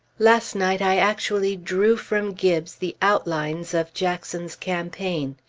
last night, i actually drew from gibbes the outlines of jackson's campaign.